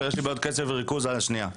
הוועדה המיוחדת לענייני צעירים):